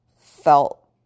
felt